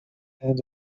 and